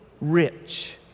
rich